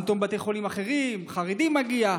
סימפטום בתי חולים אחרים: חרדי מגיע.